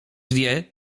wie